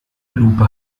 lupe